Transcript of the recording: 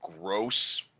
gross